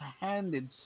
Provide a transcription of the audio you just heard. handed